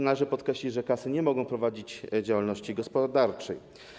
Należy podkreślić, że kasy nie mogą prowadzić działalności gospodarczej.